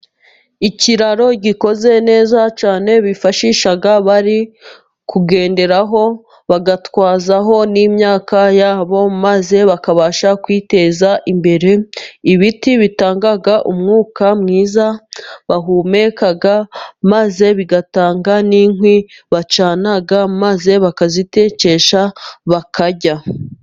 Ikiraro gikoze neza cyane bifashisha bari kugenderaho, bagatwaraho n'imyaka yabo maze bakabasha kwiteza imbere. Ibiti bitanga umwuka mwiza bahumeka, maze bigatanga n'inkwi bacana maze bakazitekesha bakarya.